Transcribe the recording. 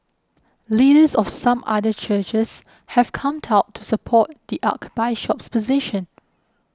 leaders of some other churches have come to out to support the Archbishop's position